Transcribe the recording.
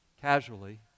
casually